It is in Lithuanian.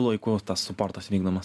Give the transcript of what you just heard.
laiku tas sportas vykdomas